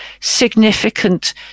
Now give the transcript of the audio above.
significant